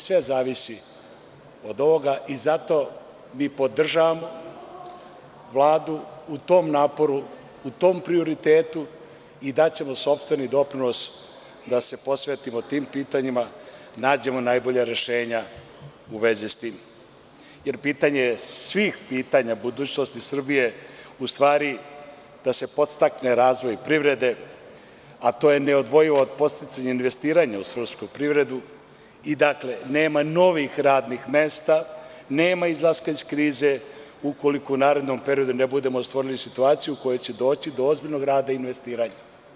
Sve zavisi od ovoga i zato mi podržavamo Vladu u tom naporu, u tom prioritetu i daćemo sopstveni doprinos da se posvetimo tim pitanjima, nađemo najbolja rešenja u vezi s tim, jer, pitanje je svih pitanja budućnosti Srbije u stvari da se podstakne razvoj privrede, a to je neodvojivo od podsticanja investiranja u srpsku privredu, dakle, nema novih radnih mesta, nema izlaska iz krize ukoliko u narednom periodu ne budemo stvorili situaciju u kojoj će doći do ozbiljnog rada i investiranja.